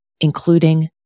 including